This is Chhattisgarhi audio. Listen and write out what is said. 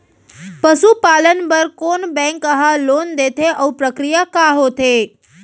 पसु पालन बर कोन बैंक ह लोन देथे अऊ प्रक्रिया का होथे?